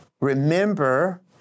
Remember